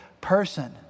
person